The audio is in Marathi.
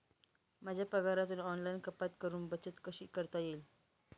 माझ्या पगारातून ऑनलाइन कपात करुन बचत कशी करता येईल?